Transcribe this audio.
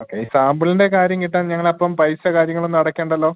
okay സാമ്പിളിന്റെ കാര്യം കിട്ടാൻ ഞങ്ങൾ അപ്പം പൈസ കാര്യങ്ങൾ ഒന്നുമടക്കേണ്ടല്ലൊ